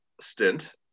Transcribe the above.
stint